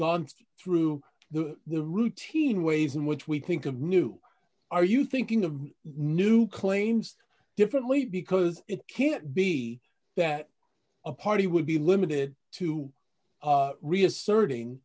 gone through the the routine ways in which we think of new are you thinking of new claims differently because it can't be that a party would be limited to reasserting